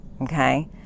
Okay